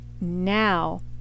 now